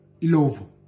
Ilovo